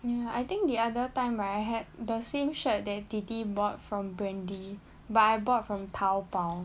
you know I think the other time right I had the same shirt that didi bought from brandy but I bought from Taobao